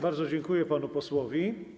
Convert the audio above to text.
Bardzo dziękuję panu posłowi.